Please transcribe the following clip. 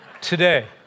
today